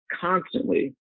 constantly